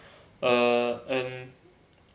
uh and